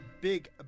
big